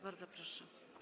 Bardzo proszę.